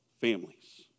families